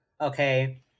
okay